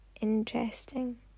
interesting